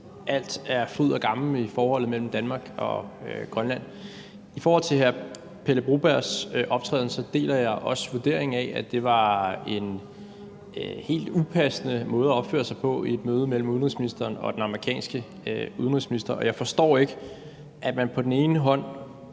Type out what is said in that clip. alt er fryd og gammen i forholdet mellem Danmark og Grønland. I forhold til Pele Brobergs optræden deler jeg også vurderingen, at det var en helt upassende måde at opføre sig på ved et møde mellem udenrigsministeren og den amerikanske udenrigsminister. Og jeg forstår ikke, at Grønland på den ene side